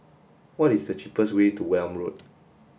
what is the cheapest way to Welm Road